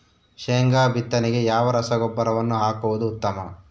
ಶೇಂಗಾ ಬಿತ್ತನೆಗೆ ಯಾವ ರಸಗೊಬ್ಬರವನ್ನು ಹಾಕುವುದು ಉತ್ತಮ?